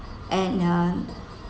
and uh